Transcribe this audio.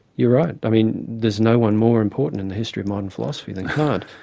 you're right. i mean there's no-one more important in the history of modern philosophy than kant.